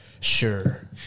sure